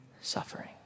suffering